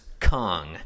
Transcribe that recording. kong